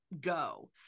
go